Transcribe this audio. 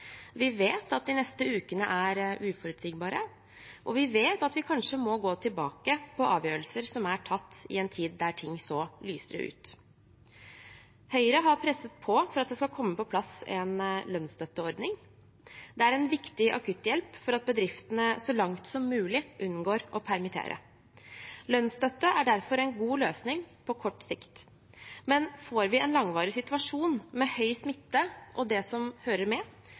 Vi vet at de neste ukene er uforutsigbare, og vi vet at vi kanskje må gå tilbake på avgjørelser som er tatt i en tid da ting så lysere ut. Høyre har presset på for at det skal komme på plass en lønnsstøtteordning. Det er en viktig akutthjelp for at bedriftene så langt som mulig unngår å permittere. Lønnsstøtte er derfor en god løsning på kort sikt, men får vi en langvarig situasjon med høy smitte og det som hører med,